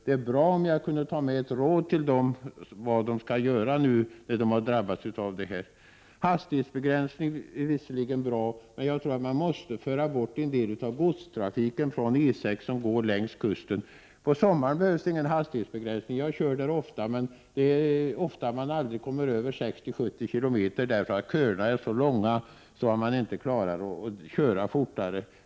Det är bra om jag kan ta med ett råd till dem om vad de skall göra nu när de har drabbats av detta. Hastighetsbegränsningar är visserligen bra, men jag tror att man måste föra bort en del av godstrafiken från E 6, som går längs kusten. Om sommaren behövs det ingen hastighetsbegränsning. Jag kör där ofta. Då kommer man aldrig över 60-70 km/tim där, på grund av att köerna är så långa att man inte kan köra fortare.